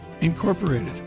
Incorporated